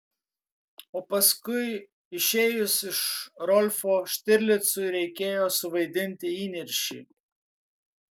o paskui išėjus iš rolfo štirlicui reikėjo suvaidinti įniršį